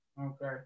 Okay